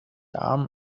armed